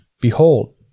Behold